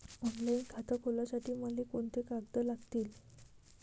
Online खातं खोलासाठी मले कोंते कागद लागतील?